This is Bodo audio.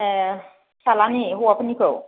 ए फिसाज्लानि हौवाफोरनिखौ